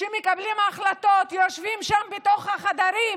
שמקבלים החלטות יושבים שם בתוך החדרים,